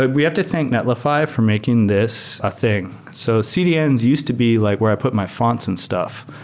we have to thank netlify for making this a thing. so cdn is used to be like where i put my fonts and stuff.